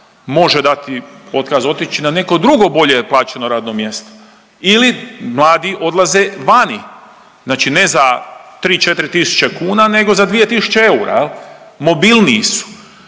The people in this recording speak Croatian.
može dati otkaz, otići na neko drugo bolje plaćeno radno mjesto ili mladi odlaze vani. Znači ne za 3, 4 tisuće kuna, nego za 2 tisuće eura. Mobilniji su.